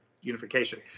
unification